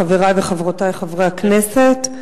חברי וחברותי חברי הכנסת,